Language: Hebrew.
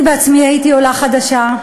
אני בעצמי הייתי עולה חדשה,